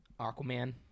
Aquaman